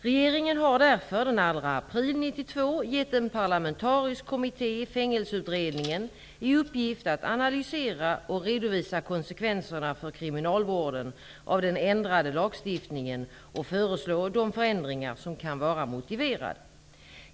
Regeringen har därför den 2 april 1992 gett en parlamentarisk kommitté, Fängelseutredningen, i uppgift att analysera och redovisa konsekvenserna för kriminalvården av den ändrade lagstiftningen och föreslå de förändringar som kan vara motiverade.